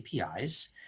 APIs